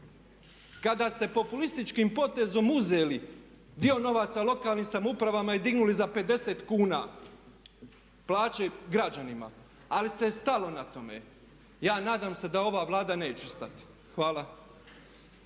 Kada ste populističkim potezom uzeli dio novaca lokalnim samoupravama i dignuli za 50 kuna plaće građanima, ali se stalo na tome. Ja nadam se da ova Vlada neće stati. Hvala.